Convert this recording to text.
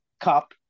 cup